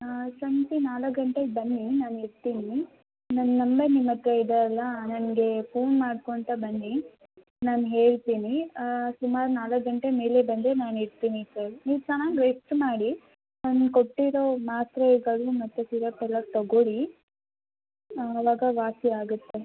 ಹಾಂ ಸಂಜೆ ನಾಲ್ಕು ಗಂಟೆಗೆ ಬನ್ನಿ ನಾನು ಇರ್ತೀನಿ ನನ್ನ ನಂಬರ್ ನಿಮ್ಮ ಹತ್ತಿರ ಇದೆ ಅಲ್ಲಾ ನನಗೆ ಫೋನ್ ಮಾಡ್ಕೊತ ಬನ್ನಿ ನಾನು ಹೇಳ್ತೀನಿ ಸುಮಾರು ನಾಲ್ಕು ಗಂಟೆ ಮೇಲೆ ಬಂದರೆ ನಾನು ಇರ್ತೀನಿ ಸರ್ ನೀವು ಚೆನ್ನಾಗ್ ರೆಸ್ಟ್ ಮಾಡಿ ನಾನು ಕೊಟ್ಟಿರೋ ಮಾತ್ರೆಗಳು ಮತ್ತು ಸಿರಪ್ಪೆಲ್ಲಾ ತಗೋಳ್ಳಿ ಆವಾಗ ವಾಸಿ ಆಗುತ್ತೆ